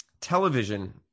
television